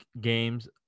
games